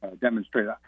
Demonstrate